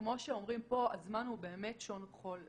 כמו שאומרים פה, הזמן הוא באמת שעון חול.